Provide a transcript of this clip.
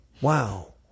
Wow